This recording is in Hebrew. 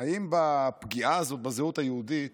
אם בפגיעה הזאת בזהות היהודית